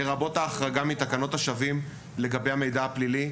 לרבות ההחרגה מתקנות השבים לגבי המידע הפלילי,